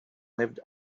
lived